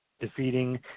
defeating